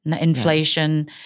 Inflation